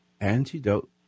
antidote